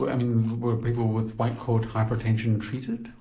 i mean were people with white coat hypertension treated?